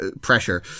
pressure